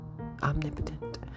omnipotent